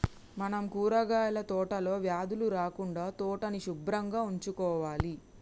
మనం కూరగాయల తోటలో వ్యాధులు రాకుండా తోటని సుభ్రంగా ఉంచుకోవాలి